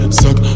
suck